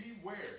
beware